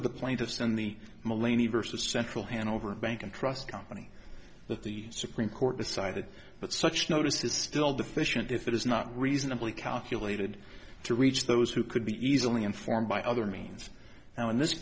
of the plaintiffs in the millennium versus central hanover bank and trust company that the supreme court decided that such notice is still deficient if it is not reasonably calculated to reach those who could be easily informed by other means now in this